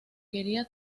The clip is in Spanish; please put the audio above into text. quería